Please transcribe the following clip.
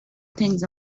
things